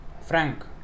Frank